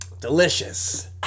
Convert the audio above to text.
Delicious